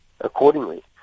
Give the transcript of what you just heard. accordingly